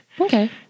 Okay